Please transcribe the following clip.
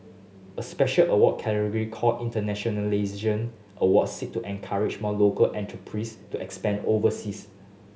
a special award category called Internationalisation Award seek to encourage more local enterprise to expand overseas